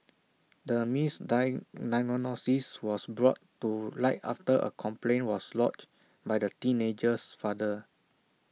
the misdiagnosis was brought to light after A complaint was lodged by the teenager's father